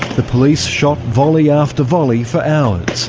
the police shot volley after volley for hours.